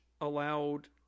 allowed